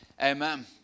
amen